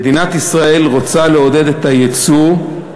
מדינת ישראל רוצה לעודד את היצוא,